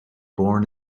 born